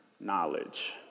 knowledge